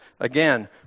Again